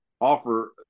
offer